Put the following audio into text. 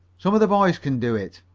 some of the boys can do it.